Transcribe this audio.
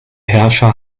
herrscher